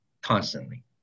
constantly